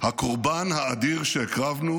"הקורבן האדיר שהקרבנו